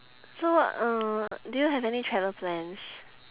so uh do you have any travel plans